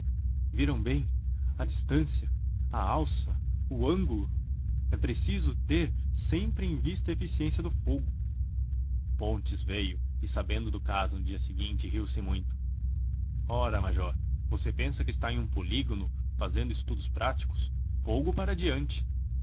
viram bem a distância a alça o ângulo é preciso ter sempre em vista a eficiência do fogo fontes veio e sabendo do caso no dia seguinte riu-se muito ora major você pensa que está em um polígono fazendo estudos práticos fogo para diante